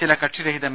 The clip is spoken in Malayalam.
ചില കക്ഷി രഹിത എം